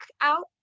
out